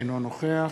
אינו נוכח